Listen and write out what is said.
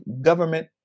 government